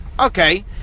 Okay